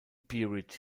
buried